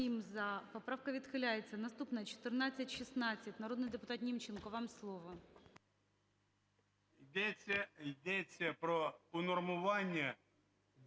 йдеться про унормування